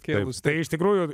kiek jums tai iš tikrųjų